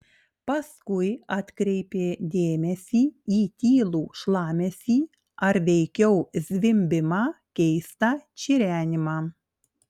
paskui atkreipė dėmesį į tylų šlamesį ar veikiau zvimbimą keistą čirenimą